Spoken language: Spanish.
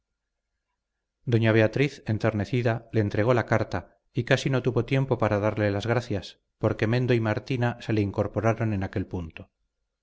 doña beatriz enternecida le entregó la carta y casi no tuvo tiempo para darle las gracias porque mendo y martina se le incorporaron en aquel punto